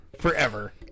forever